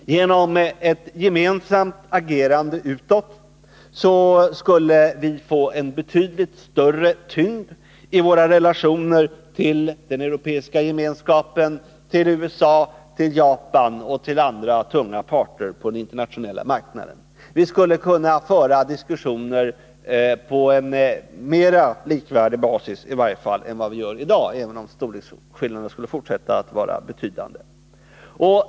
Genom ett gemensamt agerande utåt skulle vi för det första få en betydligt större tyngd i våra relationer till den Europeiska gemenskapen, till USA, till Japan och till andra tunga parter på den internationella marknaden. Vi skulle kunna föra diskussioner på en mera likvärdig basis än vi gör i dag, även om storleksskillnaderna skulle fortsätta att vara betydande.